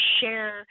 share